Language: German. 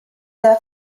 der